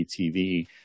TV